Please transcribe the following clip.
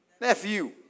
nephew